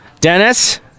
Dennis